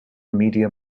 media